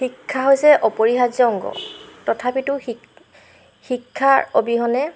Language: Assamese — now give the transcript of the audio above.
শিক্ষা হৈছে অপৰিহাৰ্য অংগ তথাপিতো শিক্ শিক্ষাৰ অবিহনে